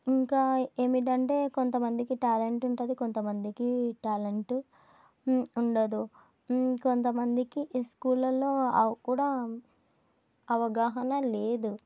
ఇంకా ఏమిటంటే కొంతమందికి టాలెంట్ ఉంటుంది కొంతమందికి ట్యాలెంట్ ఉండదు కొంతమందికి స్కూళ్లల్లో అ కూడా అవగాహన లేదు